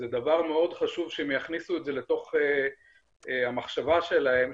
זה דבר מאוד חשוב שיכניסו את זה לתוך המחשבה שלהם,